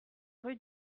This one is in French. rue